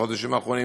בחודשים האחרונים,